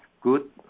good